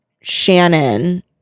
Shannon